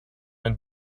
ein